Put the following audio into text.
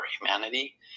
humanity